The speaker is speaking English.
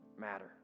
matter